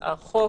החוק,